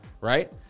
right